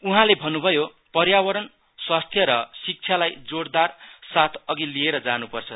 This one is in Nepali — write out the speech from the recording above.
उहाँले भन्नयो पर्यावरण स्वास्थ्य र शिक्षालाई जोइदारका साथ अघि लिएर जानुपर्छ